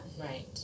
Right